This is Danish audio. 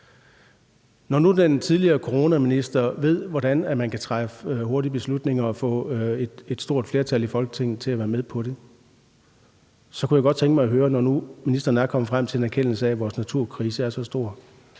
Når nu den tidligere coronaminister ved, hvordan man kan træffe hurtige beslutninger og få et stort flertal i Folketinget til at være med på det, så kunne jeg godt tænke mig at høre, om ikke ministeren, når han nu er kommet frem til en erkendelse af, at vores naturkrise er så stor,